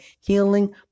healing